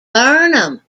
burnham